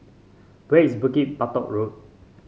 where is Bukit Batok Road